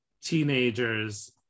teenagers